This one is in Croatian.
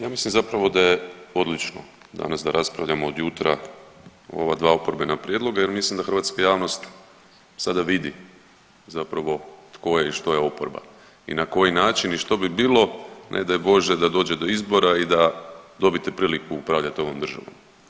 Ja mislim zapravo da je odlično danas da raspravljamo od jutra o ova dva oporbena prijedloga jer mislim da hrvatska javnost sada vidi zapravo tko je i što je oporba i na koji način i što bi bilo ne daj Bože da dođe do izbora i da dobite priliku upravljat ovom državom.